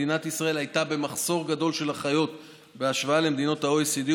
מדינת ישראל הייתה במחסור גדול של אחיות בהשוואה למדינות ה-OECD,